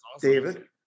David